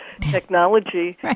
technology